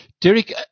Derek